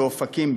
באופקים,